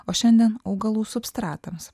o šiandien augalų substratams